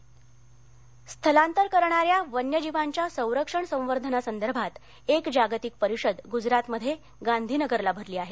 पक्ष्यांची स्थिती स्थलांतर करणाऱ्या वन्यजीवांच्या संरक्षण संवर्धनासंदर्भात एक जागतिक परिषद गुजराथमध्ये गांधीनगरला भरली आहे